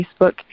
Facebook